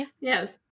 Yes